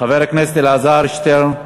חבר הכנסת אלעזר שטרן.